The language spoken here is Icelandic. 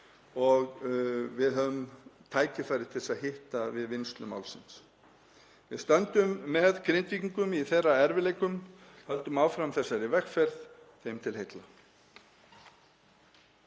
sem við höfðum tækifæri til þess að hitta við vinnslu málsins. Við stöndum með Grindvíkingum í þeirra erfiðleikum og höldum áfram þessari vegferð þeim til heilla.